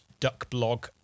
Duckblog